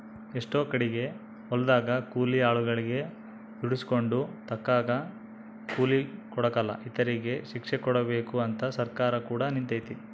ಎಷ್ಟೊ ಕಡಿಗೆ ಹೊಲದಗ ಕೂಲಿ ಆಳುಗಳಗೆ ದುಡಿಸಿಕೊಂಡು ತಕ್ಕಂಗ ಕೂಲಿ ಕೊಡಕಲ ಇಂತರಿಗೆ ಶಿಕ್ಷೆಕೊಡಬಕು ಅಂತ ಸರ್ಕಾರ ಕೂಡ ನಿಂತಿತೆ